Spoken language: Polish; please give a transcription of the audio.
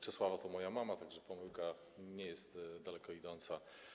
Czesława to moja mama, także pomyłka nie jest daleko idąca.